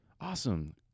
awesome